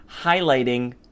highlighting